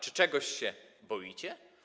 Czy czegoś się boicie?